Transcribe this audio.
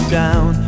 down